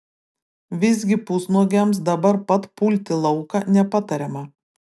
visgi pusnuogiams dabar pat pulti lauką nepatariama